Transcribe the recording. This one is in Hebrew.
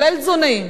כולל תזונאים,